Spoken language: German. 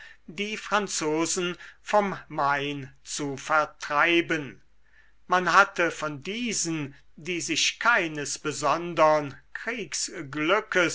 die franzosen vom main zu vertreiben man hatte von diesen die sich keines besondern